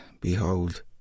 behold